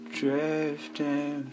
drifting